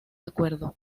acuerdo